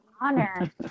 honor